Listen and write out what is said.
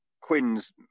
Quinn's